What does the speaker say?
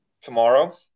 tomorrow